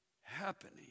happening